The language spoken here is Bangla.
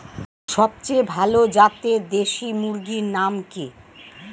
সবচেয়ে ভালো জাতের দেশি মুরগির নাম কি?